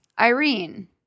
Irene